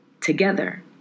together